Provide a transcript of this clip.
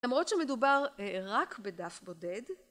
למרות שמדובר רק בדף בודד